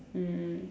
mm